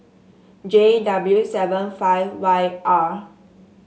J W seven five Y R